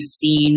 seen